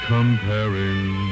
comparing